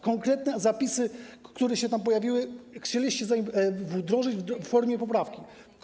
Konkretne zapisy, które tam się pojawiły, chcieliście wdrożyć w formie poprawki.